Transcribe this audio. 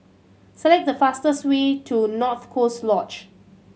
select the fastest way to North Coast Lodge